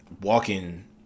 walking